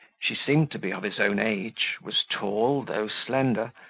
she seemed to be of his own age, was tall, though slender,